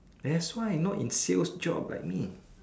that's why not in sales job like me